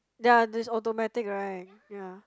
ya is automatic right ya